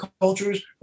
cultures